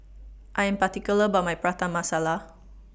I Am particular about My Prata Masala